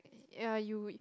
uh you